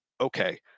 okay